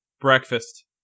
breakfast